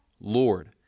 Lord